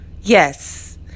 Yes